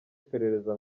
iperereza